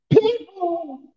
People